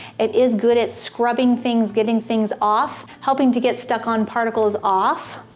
it is good at scrubbing things, getting things off, helping to get stuck on particles off.